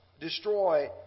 destroy